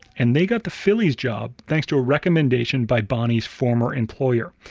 and they got the phillies' job thanks to a recommendation by bonnie's former employer,